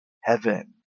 heaven